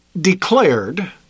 declared